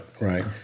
right